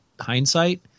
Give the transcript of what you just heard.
hindsight